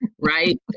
right